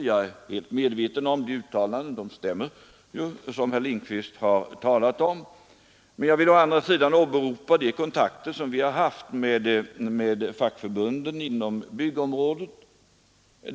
Jag är helt medveten om de uttalanden som herr Lindkvist tidigare nämnde, men jag vill å andra sidan åberopa de kontakter som vi har haft med fackförbunden inom byggområdet.